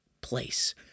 place